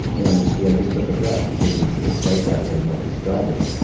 and see, i just took a breath because it's it's like that right now, describing it.